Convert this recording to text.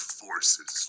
forces